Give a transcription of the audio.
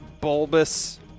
bulbous